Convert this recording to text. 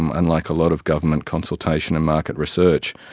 unlike a lot of government consultation and market research.